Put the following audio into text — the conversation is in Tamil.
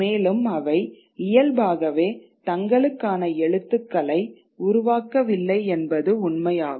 மேலும் அவை இயல்பாகவே தங்களுக்கான எழுத்துக்களை உருவாக்கவில்லை என்பது உண்மையாகும்